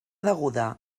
deguda